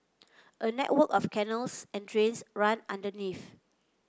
a network of canals and drains run underneath